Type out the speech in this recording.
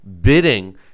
bidding